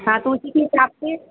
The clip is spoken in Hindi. हाँ तो उसी के हिसाब से